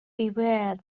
beware